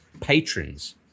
patrons